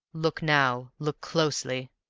look now look closely.